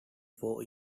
four